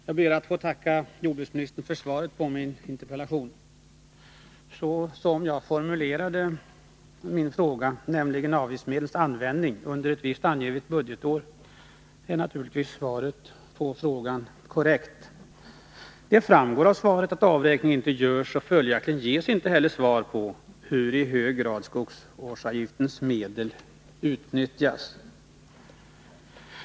Herr talman! Jag ber att få tacka jordbruksministern för svaret på min interpellation. Så som jag formulerat min fråga, hur avgiftsmedlen använts under ett visst angivet budgetår, är svaret naturligtvis korrekt. Det framgår av svaret att avräkning inte görs, och följaktligen ges inte heller något svar på i hur hög grad skogsvårdsavgiftsmedlen utnyttjas.